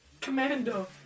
Commando